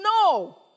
No